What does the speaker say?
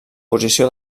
posició